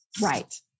Right